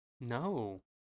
No